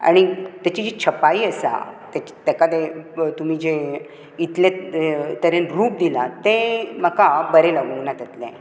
आनी ताची जी छपाई आसा ताका तुमी जे इतले तरेन रूप दिलां तें म्हाका बरें लागूं ना तितलें